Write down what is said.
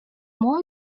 more